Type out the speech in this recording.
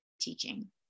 teaching